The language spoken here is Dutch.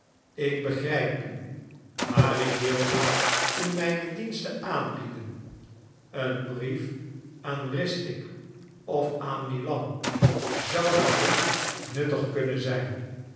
ik begrip u maar ik wilde u mijne diensten aanbieden een brief aan ristic of aan milan zou wellicht nuttig kunnen zijn